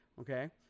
Okay